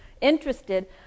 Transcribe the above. interested